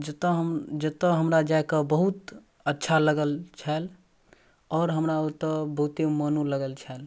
जतऽ हम जतऽ हमरा जाकऽ बहुत अच्छा लागल छल आओर हमरा ओतऽ बहुते मोनो लागल छल